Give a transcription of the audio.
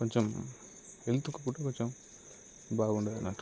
కొంచం హెల్త్కి ఫుడ్ కొంచెం బాగుండదు అన్నట్టు